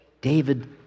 David